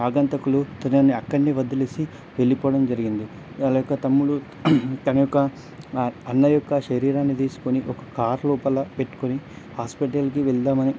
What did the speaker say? ఆగంతకులు తనని అక్కడనే వదిలేసి వెళ్ళిపోవడం జరిగింది వాళ్ళ యొక్క తమ్ములు తన యొక్క అన్న యొక్క శరీరాన్ని తీసుకొని ఒక కారు లోపల పెట్టుకొని హాస్పిటల్కి వెళ్దామని